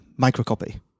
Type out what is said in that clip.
microcopy